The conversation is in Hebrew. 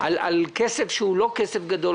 על כסף שהוא לא כסף גדול,